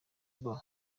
boo